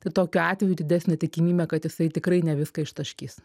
tai tokiu atveju didesnė tikimybė kad jisai tikrai ne viską ištaškys